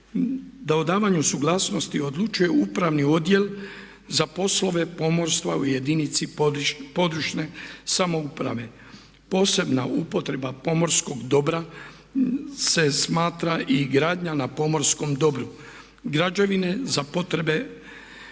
se o davanju suglasnosti odlučuje upravni odjel za poslove pomorstva u jedinici područne samouprave. Posebna upotreba pomorskog dobra se smatra i gradnja na pomorskom dobru. Građevine za potrebe